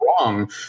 wrong